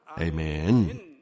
Amen